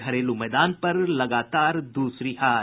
घरेलू मैदान पर लगातार दूसरी हार